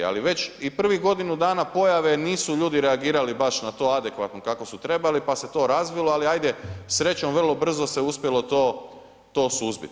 Ali već i prvih godinu dana pojave nisu ljudi reagirali baš na to adekvatno kako su trebali pa se to razvilo ali ajde srećom vrlo brzo se uspjelo to suzbiti.